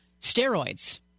steroids